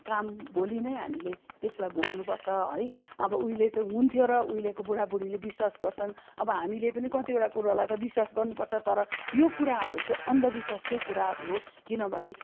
काम भोलि नै हामीले त्यसलाई भोग्नुपर्छ है अब उहिले चाहिँ हुन्थ्यो र उहिलेको बुढा बुढीले विश्वास गर्छन् अब हामीले पनि कतिवटा कुरालाई त विश्वास गर्नुपर्छ तर यो कुराहरू चाहिँ अन्धविश्वासकै कुराहरू हो किनभने